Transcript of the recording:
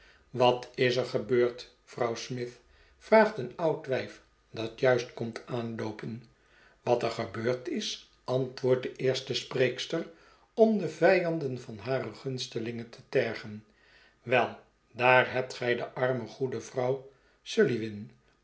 wat is er gebeurd vrouw smith vraagt een oud wijf dat juist komt aanloopen wat er gebeurd is antwoordt de eerste spreekster om de vijanden van hare gunstelinge te tergen wel daar hebt gij de arme goede vrouw snlliwin